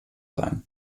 sein